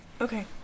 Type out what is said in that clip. Okay